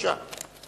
בבקשה.